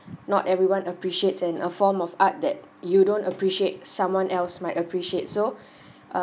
not everyone appreciates and a form of art that you don't appreciate someone else might appreciate so um